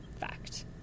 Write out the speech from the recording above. fact